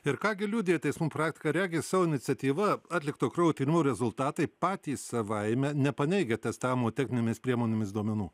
ir ką gi liudija teismų praktika regis savo iniciatyva atlikto kraujo tyrimų rezultatai patys savaime nepaneigia testavimo techninėmis priemonėmis duomenų